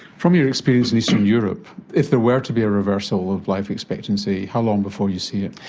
from your experience in eastern europe, if there were to be a reversal of life expectancy, how long before you see it?